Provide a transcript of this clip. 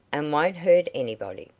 and won't hurt anybody.